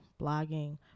blogging